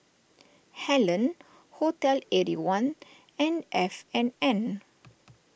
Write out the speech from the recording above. Helen Hotel Eighty One and F and N